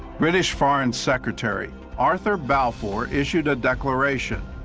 british foreign secretary arthur balfour issued a declaration,